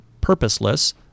purposeless